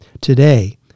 today